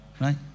Right